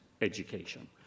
education